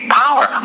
power